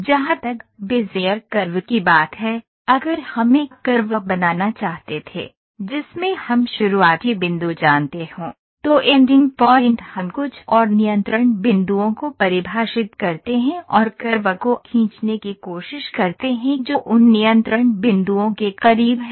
जहां तक Bezier curve की बात है अगर हम एक कर्व बनाना चाहते थे जिसमें हम शुरुआती बिंदु जानते हों तो एंडिंग पॉइंट हम कुछ और नियंत्रण बिंदुओं को परिभाषित करते हैं और कर्व को खींचने की कोशिश करते हैं जो उन नियंत्रण बिंदुओं के करीब है